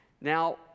Now